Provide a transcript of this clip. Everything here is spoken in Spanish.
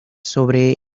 sobre